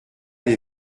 les